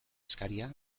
eskaria